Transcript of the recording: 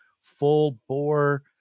full-bore